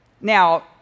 Now